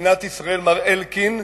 מדינת ישראל, מר אלקין,